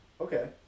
Okay